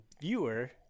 viewer